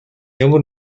ямар